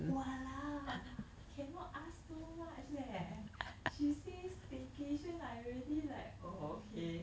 !walao! cannot ask so much leh she say staycation I already like orh okay